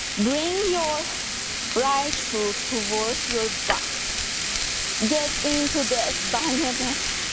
bring your right foot towards your butt get into this dynamic